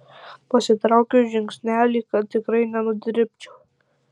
pasitraukiu žingsnelį kad tikrai nenudribčiau